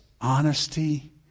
honesty